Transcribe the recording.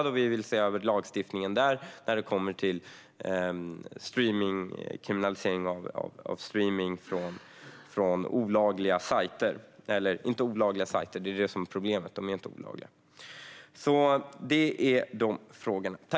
Där vill vi se över lagstiftningen om kriminalisering av streamning från sajter. Problemet är att sajterna inte är olagliga. Det gäller de frågorna.